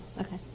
Okay